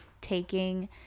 taking